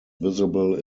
visible